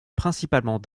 principalement